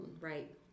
Right